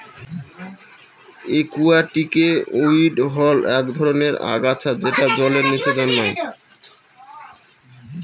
একুয়াটিকে উইড হল এক ধরনের আগাছা যেটা জলের নীচে জন্মায়